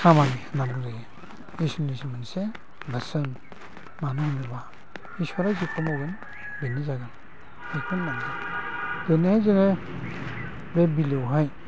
खामानि मानो होनोब्ला इसोरा जेखौ मावगोन बेनो जागोन ओरैनो जोङो बे बिलोआवहाय